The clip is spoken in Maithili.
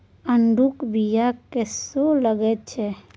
आड़ूक बीया कस्सो लगैत छै